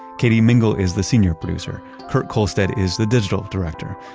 katie mingle is the senior producer. kurt kohlstedt is the digital director.